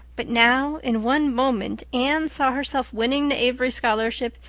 but now in one moment anne saw herself winning the avery scholarship,